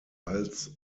als